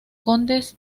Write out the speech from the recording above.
condes